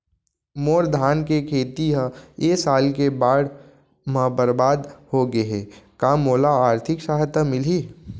मोर धान के खेती ह ए साल के बाढ़ म बरबाद हो गे हे का मोला आर्थिक सहायता मिलही?